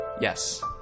Yes